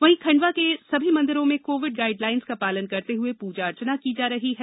वहीं खंडवा के सभी मंदिरों में कोविड गाइडलाइन्स का पालन करते हए प्रजा अर्चना की जा रही है